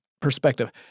perspective